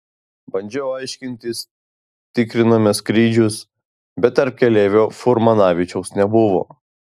bandžiau aiškintis tikrinome skrydžius bet tarp keleivių furmanavičiaus nebuvo